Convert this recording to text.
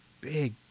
big